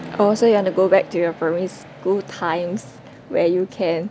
oh so you want to go back to your primary school times where you can